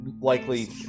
likely